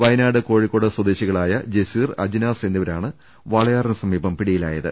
വയനാട് കോഴിക്കോട് സ്വദേശികളായ ജസീർ അജ്നാസ് എന്നിവരാണ് വാളയാറിന് സമീപം പിടിയിലായത്